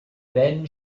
then